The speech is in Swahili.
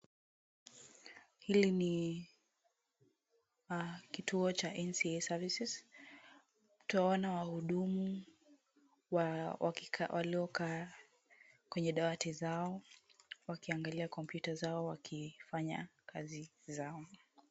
Hili ni kituo cha NCA services . Tunawaona wahudumu waliokaa kwenye dawati zao wakiangalia kompyuta zao wakifanya kazi zao.